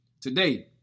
Today